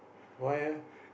why eh